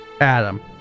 Adam